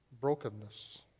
brokenness